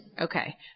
Okay